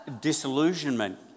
disillusionment